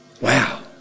Wow